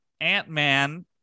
Ant-Man